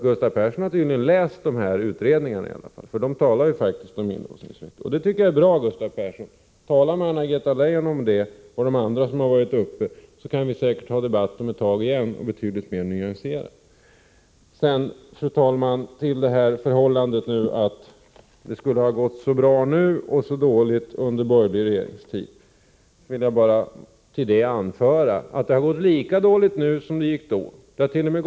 Gustav Persson har tydligen läst de här utredningarna i alla fall, de talar ju om inlåsningseffekter. Det är bra, Gustav Persson. Tala med Anna-Greta Leijon och de andra som har varit uppe i debatten om detta så kan vi säkert ha en ny, mer nyanserad debatt om ett tag. Fru talman! Det påstås att det skulle gå så bra nu och så dåligt under den borgerliga regeringstiden. Till detta vill jag anföra att det har gått lika dåligt nu som det gick då. Det hart.o.m.